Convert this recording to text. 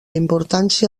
importància